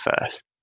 first